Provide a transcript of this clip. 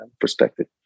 perspective